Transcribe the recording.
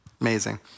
amazing